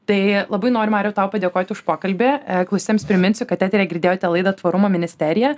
tai labai noriu mariau tau padėkoti už pokalbį klausytojams priminsiu kad eteryje girdėjote laidą tvarumo ministerija